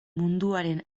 munduaren